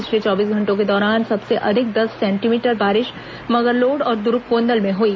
पिछले चौबीस घंटों के दौरान सबसे अधिक दस सेंटीमीटर बारिश मगरलोड और दुर्गुकोंदल में हई